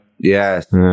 Yes